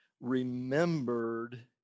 remembered